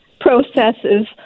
processes